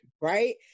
Right